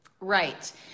Right